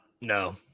No